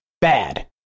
bad